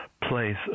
place